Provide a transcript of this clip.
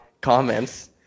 comments